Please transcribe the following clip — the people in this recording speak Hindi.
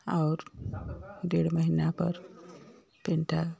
और डेढ़ महिना पर तीन टा